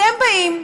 אתם באים,